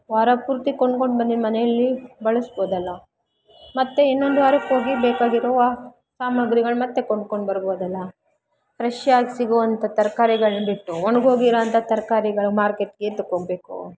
ವಾರ ಪೂರ್ತಿ ಕೊಂಡ್ಕೊಂಡು ಬಂದಿದ್ದು ಮನೆಯಲ್ಲಿ ಬಳಸ್ಬೋದಲ್ಲ ಮತ್ತೆ ಇನ್ನೊಂದು ವಾರಕ್ಕೋಗಿ ಬೇಕಾಗಿರುವ ಸಾಮಗ್ರಿಗಳು ಮತ್ತೆ ಕೊಂಡ್ಕೊಂಡು ಬರ್ಬೋದಲ್ಲ ಫ್ರೆಷ್ ಆಗಿ ಸಿಗುವಂಥ ತರಕಾರಿಗಳ್ನ ಬಿಟ್ಟು ಒಣ್ಗೋಗಿರೋಂಥ ತರಕಾರಿಗಳ ಮಾರ್ಕೆಟ್ಗೆ ಏತಕ್ಕೋಗ್ಬೇಕು